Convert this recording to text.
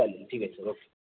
चालेल ठीक आहे सर ओ